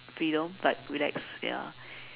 freedom like relaxed ya